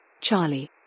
Charlie